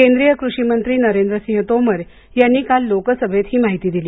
केंद्रीय कृषी मंत्री नरेंद्र सिंह तोमर यांनी काल लोकसभेत ही माहिती दिली